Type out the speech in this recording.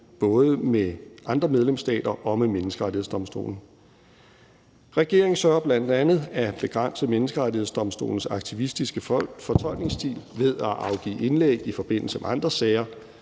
både med andre medlemsstater og med Menneskerettighedsdomstolen. Regeringen søger bl.a. at begrænse Menneskerettighedsdomstolens aktivistiske fortolkningsstil ved at afgive indlæg i forbindelse med andre sager.